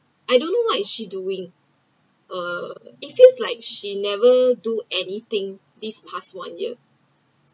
I don’t know what is she doing uh is it like she never do anything this past one year